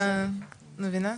מבינה?